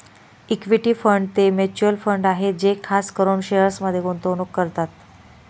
equity fund ते mutual fund आहे जे खास करून शेअर्समध्ये गुंतवणूक करतात